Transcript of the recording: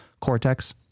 cortex